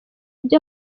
ibyo